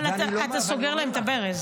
אתה סוגר להם את הברז.